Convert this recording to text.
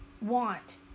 want